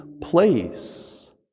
place